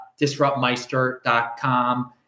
DisruptMeister.com